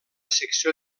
secció